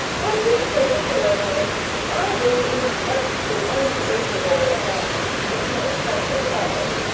on this particular morning i was in much too unsociable a mind for paying friendly calls.